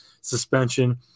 suspension